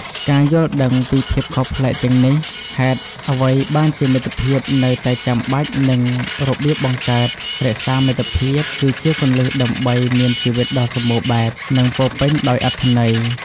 ការយល់ដឹងពីភាពខុសប្លែកទាំងនេះ ហេតុអ្វីបានជាមិត្តភាពនៅតែចាំបាច់ និងរបៀបបង្កើត-រក្សាមិត្តភាព គឺជាគន្លឹះដើម្បីមានជីវិតដ៏សម្បូរបែប និងពោរពេញដោយអត្ថន័យ។